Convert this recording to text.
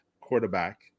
quarterback